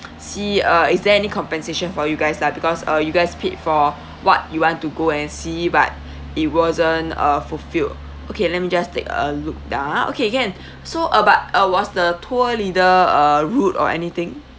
see uh is there any compensation for you guys lah because uh you guys paid for what you want to go and see but it wasn't uh fulfilled okay let me just take a look ah okay can so uh but uh was the tour leader uh rude or anything